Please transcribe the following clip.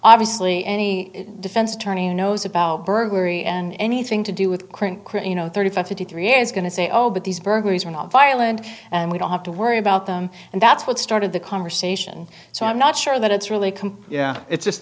obviously any defense attorney who knows about burglary and anything to do with create you know thirty five fifty three is going to say oh but these burglaries are not violent and we don't have to worry about them and that's what started the conversation so i'm not sure that it's really can it's just